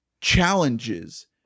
challenges